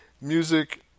Music